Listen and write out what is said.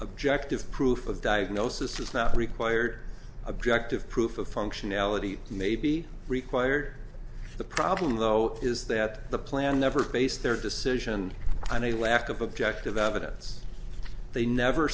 objective proof of diagnosis is not required objective proof of functionality may be required for the problem though is that the plan never base their decision on a lack of objective evidence they never